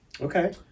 Okay